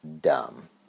dumb